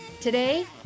Today